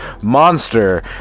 monster